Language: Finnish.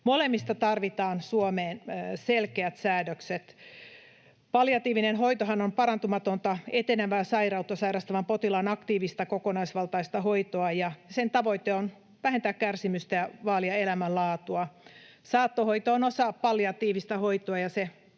Molemmista tarvitaan Suomeen selkeät säädökset. Palliatiivinen hoitohan on parantumatonta, etenevää sairautta sairastavan potilaan aktiivista kokonaisvaltaista hoitoa, ja sen tavoite on vähentää kärsimystä ja vaalia elämänlaatua. Saattohoito on osa palliatiivista hoitoa,